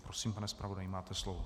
Prosím, pane zpravodaji, máte slovo.